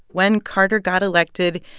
when carter got elected,